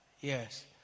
Yes